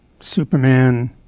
Superman